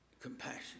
Compassion